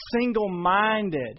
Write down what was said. single-minded